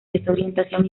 desorientación